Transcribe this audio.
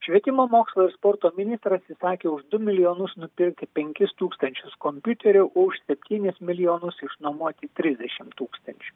švietimo mokslo ir sporto ministras įsakė už du milijonus nupirkti penkis tūkstančius kompiuterių už septynis milijonus išnuomoti trisdešimt tūkstančių